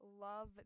love